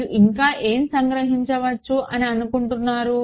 మీరు ఇంకా ఏమి సంగ్రహించవచ్చు అని అనుకుంటున్నారు